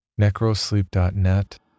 Necrosleep.net